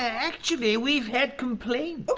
actually, we've had complaints.